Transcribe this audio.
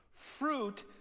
fruit